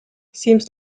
seems